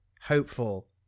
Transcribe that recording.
hopeful